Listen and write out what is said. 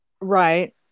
Right